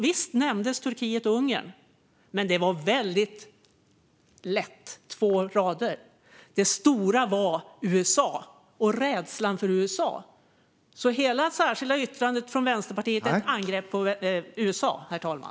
Visst nämndes Turkiet och Ungern. Men det berördes väldigt lätt, på bara två rader. Det stora var USA och rädslan för USA. Hela det särskilda yttrandet från Vänsterpartiet är ett angrepp på USA, herr talman.